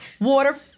water